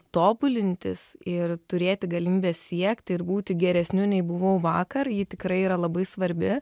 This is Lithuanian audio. tobulintis ir turėti galimybę siekti ir būti geresniu nei buvau vakar ji tikrai yra labai svarbi